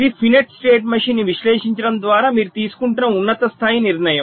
ఇది finite state machine ని విశ్లేషించడం ద్వారా మీరు తీసుకుంటున్న ఉన్నత స్థాయి నిర్ణయం